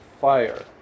fire